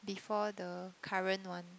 before the current one